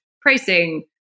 pricing